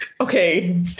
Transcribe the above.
Okay